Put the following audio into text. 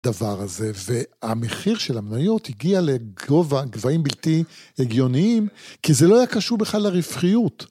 דבר הזה והמחיר של המניות הגיע לגבה גבעים בלתי הגיוניים כי זה לא היה קשור בכלל לרפאיות.